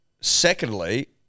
Secondly